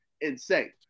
insane